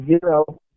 zero